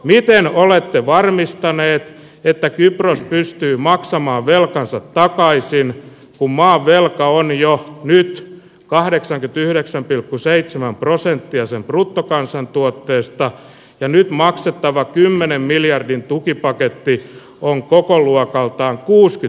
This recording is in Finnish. miten olette varmistaneet että kypros pystyy maksamaan velkansa takaisin kummaa velka on jo nyt kahdeksan ja yhdeksän pilkku seitsemän prosenttia sen bruttokansantuotteesta ja nyt maksettava kymmenen miljardin tukipaketti on kokoluokaltaan kuuskyt